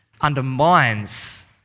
undermines